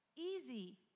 Easy